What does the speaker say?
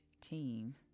team